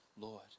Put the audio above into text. Lord